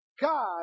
God